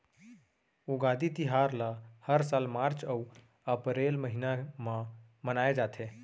उगादी तिहार ल हर साल मार्च अउ अपरेल महिना म मनाए जाथे